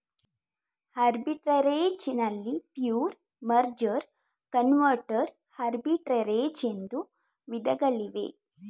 arbitrage ನಲ್ಲಿ pure, merger, converter arbitrage ಎಂಬ ವಿಧಗಳಿವೆ